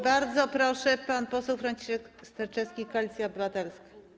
Bardzo proszę, pan poseł Franciszek Sterczewski, Koalicja Obywatelska.